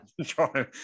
try